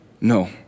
no